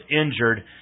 injured